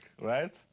right